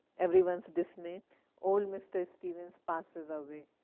everyone's this may old mr. stevens passes away.